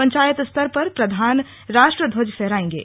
पंचायत स्तर पर प्रधान राष्ट्रध्वज फहरायेंगे